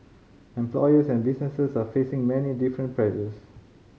employers and businesses are facing many different pressures